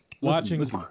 watching